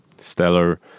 stellar